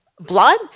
blood